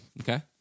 Okay